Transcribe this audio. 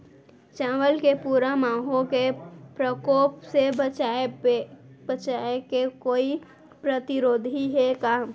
चांवल के भूरा माहो के प्रकोप से बचाये के कोई प्रतिरोधी हे का?